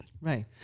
Right